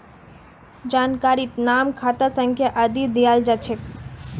जानकारीत नाम खाता संख्या आदि दियाल जा छेक